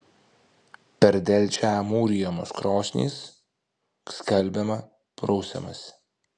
per delčią mūrijamos krosnys skalbiama prausiamasi